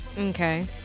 Okay